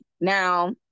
Now